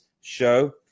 show